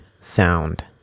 sound